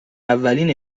اولین